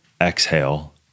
exhale